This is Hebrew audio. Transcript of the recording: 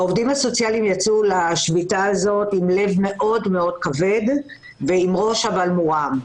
העובדים הסוציאליים יצאו לשביתה הזאת בלב מאוד כבד ועם ראש מורם.